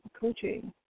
coaching